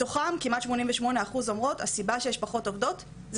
מתוכן כמעט 88% אומרות לנו שהסיבה שיש פחות עובדות זה